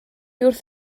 wrth